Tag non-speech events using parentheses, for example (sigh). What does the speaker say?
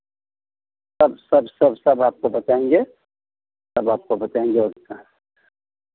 सब सब सब सब आपको बताएँगे सब आपको बताएँगे और (unintelligible)